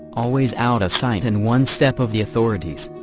always out of sight and one step of the authorities.